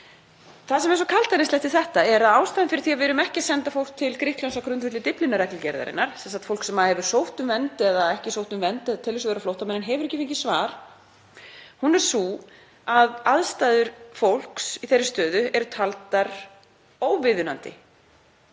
Það sem er kaldhæðnislegt við þetta er að ástæðan fyrir því að við erum ekki að senda fólk til Grikklands á grundvelli Dyflinnarreglugerðarinnar, sem sagt fólk sem hefur sótt um vernd eða ekki sótt um vernd, eða telur sig vera flóttamenn en hefur ekki fengið svar, er sú að aðstæður fólks í þeirri stöðu eru taldar óviðunandi